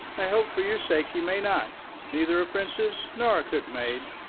i hope, for your sake, he may not neither a princess nor a cookmaid,